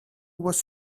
was